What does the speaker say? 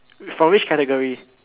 for which category